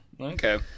okay